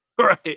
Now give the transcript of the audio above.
Right